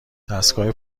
دستگاه